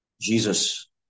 Jesus